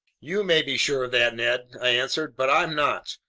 you may be sure of that, ned, i answered, but i'm not.